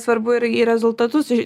svarbu ir į rezultatus į